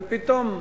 ופתאום,